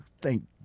thank